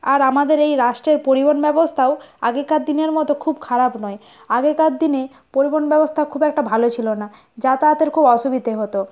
আর আমাদের এই রাষ্ট্রের পরিবহন ব্যবস্থাও আগেকার দিনের মতো খুব খারাপ নয় আগেকার দিনে পরিবহন ব্যবস্থা খুব একটা ভালো ছিলো না যাতায়াতের খুব অসুবিধে হতো